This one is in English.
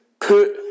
put